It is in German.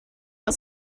aus